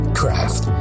craft